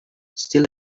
still